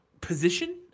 position